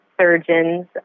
surgeons